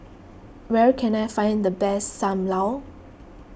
where can I find the best Sam Lau